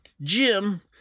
Jim